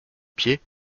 pied